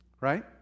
Right